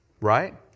Right